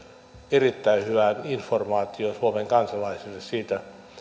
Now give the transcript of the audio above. erittäin hyvään informaatioon suomen kansalaisille siitä